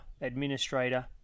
administrator